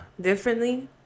differently